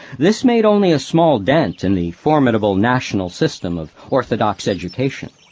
this made only a small dent in the formidable national system of orthodox education,